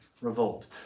revolt